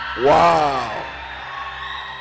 Wow